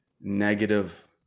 negative